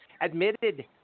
admitted –